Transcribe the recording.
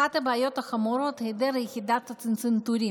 אחת הבעיות החמורות היא היעדר יחידת צנתורים,